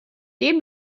dem